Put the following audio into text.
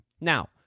Now